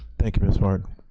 thank you miss martin.